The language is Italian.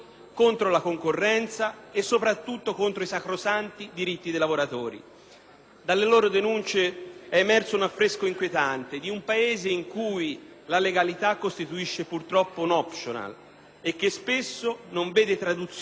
Dalle loro denunce è emerso un affresco inquietante di un Paese in cui la legalità costituisce purtroppo un *optional* e che spesso non vede traduzione in certi contesti neppure nelle buste paga dei lavoratori.